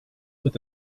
with